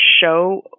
show